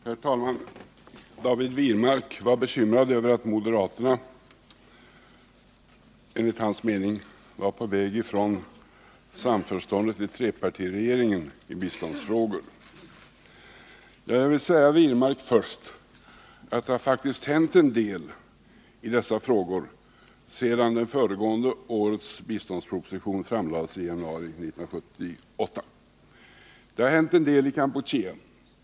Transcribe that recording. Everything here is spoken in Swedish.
Herr talman! David Wirmark var bekymrad över att moderaterna enligt hans mening var på väg från samförståndet i trepartiregeringen i biståndsfrågor. Jag vill först säga David Wirmark att det faktiskt har hänt en del i dessa frågor, sedan det föregående årets biståndsproposition framlades i januari 1978. Det har hänt en del i Kampuchea.